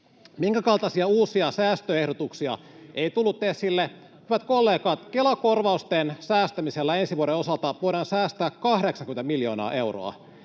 Minkään kaltaisia uusia säästöehdotuksia ei tullut esille. Hyvät kollegat, Kela-korvausten säästämisellä ensi vuoden osalta voidaan säästää 80 miljoonaa euroa